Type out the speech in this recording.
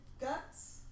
guts